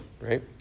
right